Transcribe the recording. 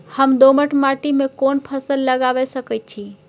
हम दोमट माटी में कोन फसल लगाबै सकेत छी?